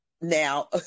Now